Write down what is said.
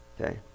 Okay